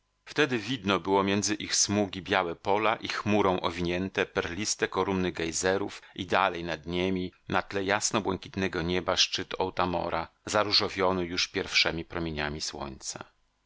wtedy widno było między ich smugi białe pola i chmurą owinięte perliste kolumny gejzerów i dalej nad niemi na tle jasno błękitnego nieba szczyt otamora zaróżowiony już pierwszemi promieniami słońca